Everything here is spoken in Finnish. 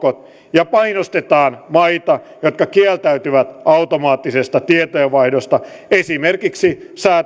ja painostetaan maita jotka kieltäytyvät automaattisesta tietojenvaihdosta esimerkiksi säätämällä